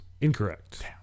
Incorrect